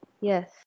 yes